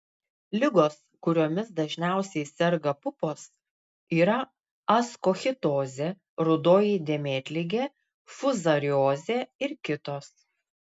ligos kuriomis dažniausiai serga pupos yra askochitozė rudoji dėmėtligė fuzariozė ir kitos